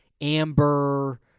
amber